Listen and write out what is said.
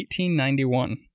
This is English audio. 1891